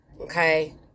okay